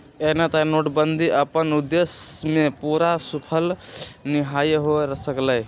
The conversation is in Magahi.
एना तऽ नोटबन्दि अप्पन उद्देश्य में पूरे सूफल नहीए हो सकलै